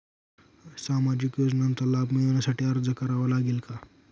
सामाजिक योजनांचा लाभ मिळविण्यासाठी अर्ज करावा लागेल का?